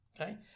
okay